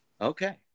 okay